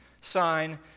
sign